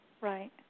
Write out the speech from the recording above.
Right